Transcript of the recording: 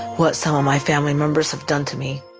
what some of my family members have done to me.